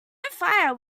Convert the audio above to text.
fire